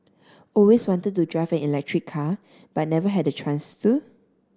always wanted to drive an electric car but never had the chance to